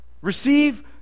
receive